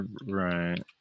Right